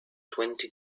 twenty